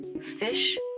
Fish